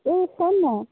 এই শোন না